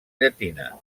llatina